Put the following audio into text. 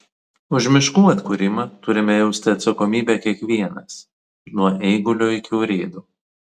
už miškų atkūrimą turime jausti atsakomybę kiekvienas nuo eigulio iki urėdo